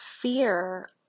fear